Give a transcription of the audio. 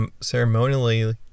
ceremonially